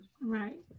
Right